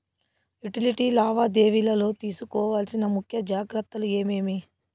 Utility లావాదేవీల లో తీసుకోవాల్సిన ముఖ్య జాగ్రత్తలు ఏమేమి?